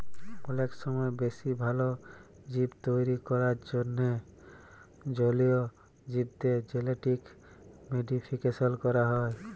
অলেক ছময় বেশি ভাল জীব তৈরি ক্যরার জ্যনহে জলীয় জীবদের জেলেটিক মডিফিকেশল ক্যরা হ্যয়